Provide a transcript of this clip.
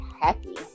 happy